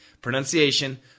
Pronunciation